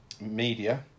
media